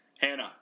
Hannah